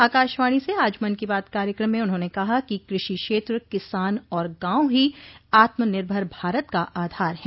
आकाशवाणी से आज मन की बात कार्यक्रम में उन्होंने कहा कि कृषि क्षेत्र किसान और गांव ही आत्मनिर्भर भारत का आधार हैं